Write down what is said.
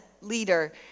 leader